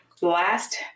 last